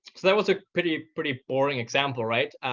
that was a pretty pretty boring example, right?